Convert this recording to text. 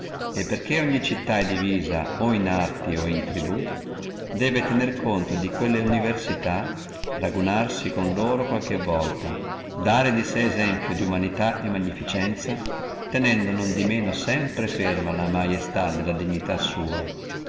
e perché ogni città è divisa in arte o in tribù debbe tenere conto di quelle università raunarsi con loro qualche volta dare di sé esempli di umanità e di munificenzia tenendo sempre ferma non di manco la maestà della dignità sua